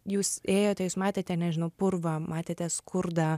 jūs ėjote jūs matėte nežinau purvą matėte skurdą